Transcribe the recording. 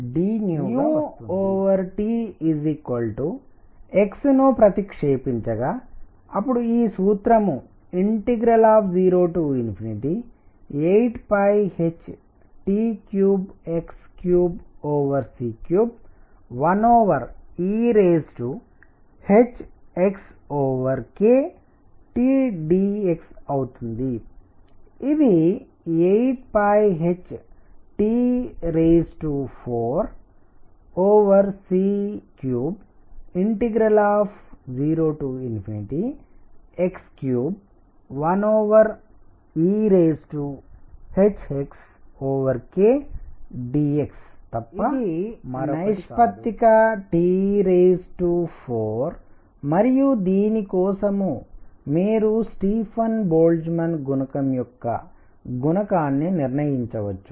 T xను ప్రతిక్షేపించగా అప్పుడు ఈ సూత్రం 08hT3x3c31ehxkTdx అవుతుంది ఇది 8hT4c30x31ehxk dx తప్ప మరొకటి కాదు ఇది నైష్పత్తిక T4మరియు దీని కోసం మీరు స్టీఫన్ బోల్ట్జ్మాన్ గుణకం యొక్క గుణకాన్ని నిర్ణయించవచ్చు